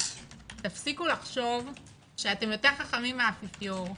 תפסיקו לחשוב שאתם יותר חכמים מהאפיפיור.